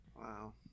Wow